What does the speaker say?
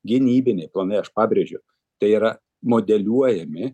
gynybiniai planai aš pabrėžiau jog tai yra modeliuojami